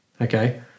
Okay